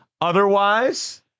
Otherwise